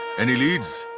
any leads?